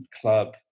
club